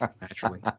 naturally